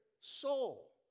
soul